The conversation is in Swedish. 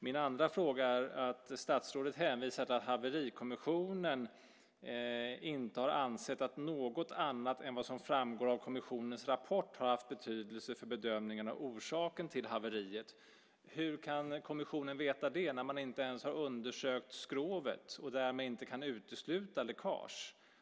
Min andra fråga gäller statsrådets hänvisning till att haverikommissionen inte har ansett att något annat än vad som framgår av kommissionens rapport har haft betydelse för bedömningen av orsaken till haveriet. Hur kan kommissionen veta det när man inte ens har undersökt skrovet och därmed inte kan utesluta läckage?